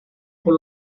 por